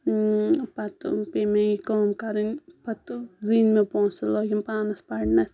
پَتہٕ پیٚیہِ مےٚ یہِ کٲم کَرٕنۍ پَتہٕ زیٖنۍ مےٚ پونسہٕ لٲگِم پانَس پرنَس